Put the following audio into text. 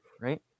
right